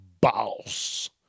boss